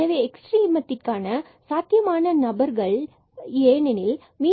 எனவே எக்ஸ்ட்ரீமத்திற்கான சாத்தியமான நபர்களை கண்டறிய வேண்டும்